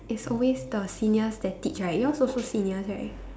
it's always the seniors that teach right yours also seniors right